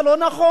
זה לא נכון.